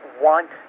want